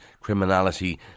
criminality